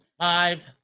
five